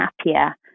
happier